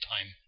time